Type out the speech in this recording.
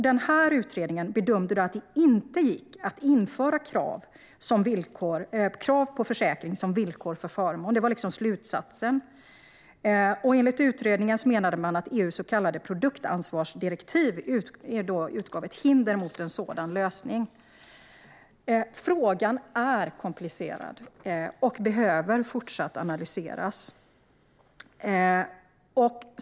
Den här utredningen bedömde att det inte gick att införa krav på försäkring som villkor för förmån - det var liksom slutsatsen. Utredningen menade att EU:s så kallade produktansvarsdirektiv utgjorde ett hinder mot en sådan lösning. Frågan är komplicerad och behöver fortsatt analyseras.